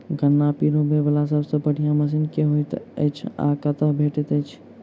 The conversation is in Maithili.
गन्ना पिरोबै वला सबसँ बढ़िया मशीन केँ होइत अछि आ कतह भेटति अछि?